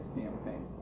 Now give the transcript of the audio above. campaign